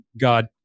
God